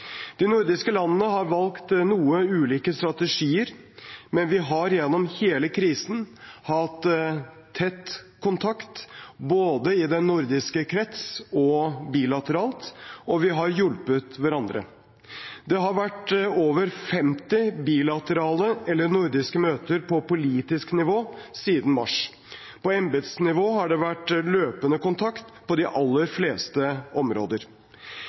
nordiske landene har valgt noe ulike strategier, men vi har gjennom hele krisen hatt tett kontakt både i den nordiske krets og bilateralt, og vi har hjulpet hverandre. Det har vært over 50 bilaterale eller nordiske møter på politisk nivå siden mars. På embetsnivå har det vært løpende kontakt på de aller fleste områder.